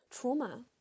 trauma